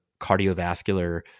cardiovascular